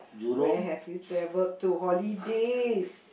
where have you travel to holidays